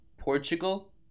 Portugal